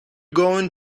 going